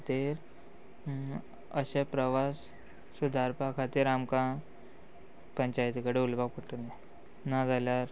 ते अशे प्रवास सुदारपा खातीर आमकां पंचायती कडेन उलोपाक पडटलें ना जाल्यार